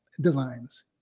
designs